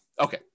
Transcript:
Okay